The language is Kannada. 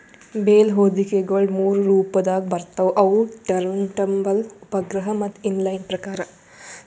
ಬೇಲ್ ಹೊದಿಕೆಗೊಳ ಮೂರು ರೊಪದಾಗ್ ಬರ್ತವ್ ಅವು ಟರಂಟಬಲ್, ಉಪಗ್ರಹ ಮತ್ತ ಇನ್ ಲೈನ್ ಪ್ರಕಾರ್